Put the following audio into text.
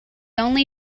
only